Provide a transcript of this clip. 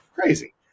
Crazy